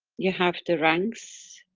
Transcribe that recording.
you have the ranks,